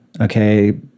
Okay